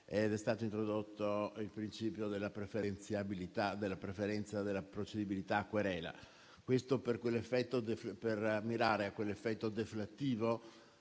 ed è stato introdotto il principio della preferenza della procedibilità a querela. Ciò per mirare all'effetto deflattivo